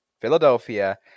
philadelphia